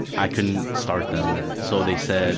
i couldn't start them so they said.